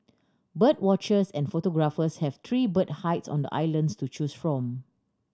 bird watchers and photographers have three bird hides on the islands to choose from